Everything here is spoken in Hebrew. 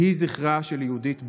יהי זכרה של יהודית ברוך.